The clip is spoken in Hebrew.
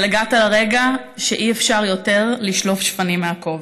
אבל הגעת לרגע שאי-אפשר יותר לשלוף שפנים מהכובע.